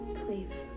please